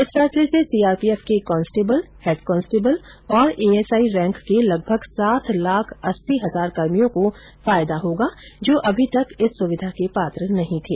इस फैसले से सीआरपीएफ के कार्स्टबल हैड कांस्टेबल और एएसआई रैंक के लगभग सात लाख अस्सी हजार कर्मियों को फायदा होगा जो अभी तक इस सुविधा के पात्र नहीं थे